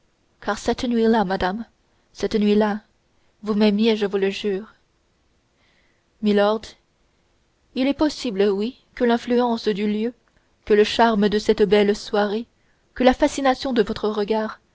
car cette nuit-là madame cette nuit-là vous m'aimiez je vous le jure milord il est possible oui que l'influence du lieu que le charme de cette belle soirée que la fascination de votre regard